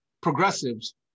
progressives